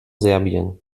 serbien